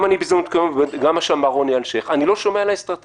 גם אני בזמנו וגם רוני אלשייך: אני לא שומע על האסטרטגיה.